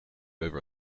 over